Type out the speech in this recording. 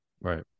right